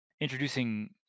introducing